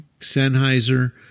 Sennheiser